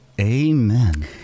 Amen